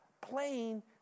playing